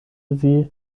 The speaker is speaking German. sie